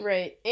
Right